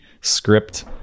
script